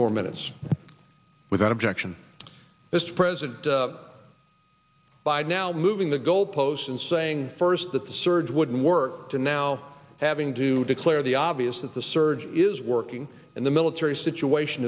more minutes without objection mr president by now moving the goalposts and saying first that the surge wouldn't work to now having to declare the obvious that the surge is working and the military situation